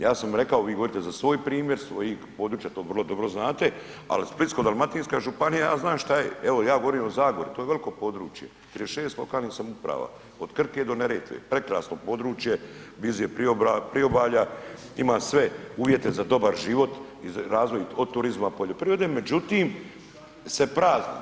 Ja sam rekao vi govorite za svoj primjer svojeg područja, to vrlo dobro znate, ali Splitsko-dalmatinska županija ja znam šta je, evo ja govorim o Zagori to je veliko područje 36 lokalnih samouprava od Krke do Neretve prekrasno područje, blizu je priobalja, ima sve uvjete za dobar život i razvoj od turizma, poljoprivrede međutim se prazni.